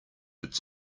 its